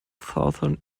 southern